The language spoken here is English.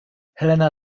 helena